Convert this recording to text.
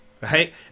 Right